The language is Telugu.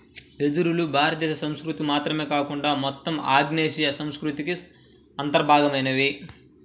వెదురులు భారతదేశ సంస్కృతికి మాత్రమే కాకుండా మొత్తం ఆగ్నేయాసియా సంస్కృతికి అంతర్భాగమైనవి